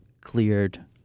cleared